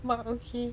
but okay